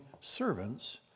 servants